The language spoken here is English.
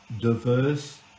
diverse